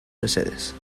mesedez